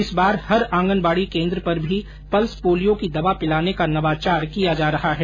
इस बार हर आंगनबाड़ी केन्द्र पर भी पल्स पोलियो की दवा पिलाने का नवाचार किया जा रहा है